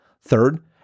Third